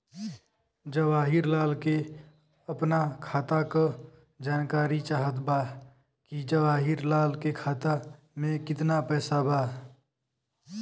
जवाहिर लाल के अपना खाता का जानकारी चाहत बा की जवाहिर लाल के खाता में कितना पैसा बा?